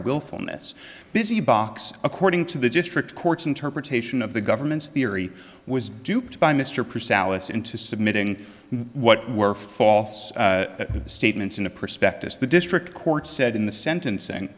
willfulness busy box according to the district court's interpretation of the government's theory was duped by mr purcey alice into submitting what were false statements in a prospectus the district court said in the sentencing